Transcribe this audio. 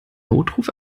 notruf